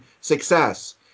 success